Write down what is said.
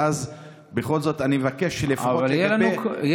ואז בכל זאת אני מבקש שלפחות לגבי כפר כנא,